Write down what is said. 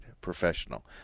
professional